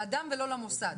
לאדם ולא למוסד.